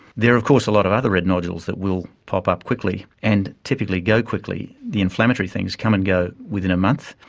there are of course a lot of other red nodules that will pop up quickly and typically go quickly. the inflammatory things come and go within a month,